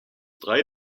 drei